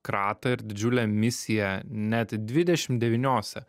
kratą ir didžiulę misiją net dvidešimt devyniose